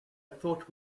thought